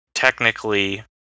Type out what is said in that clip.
Technically